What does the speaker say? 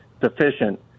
sufficient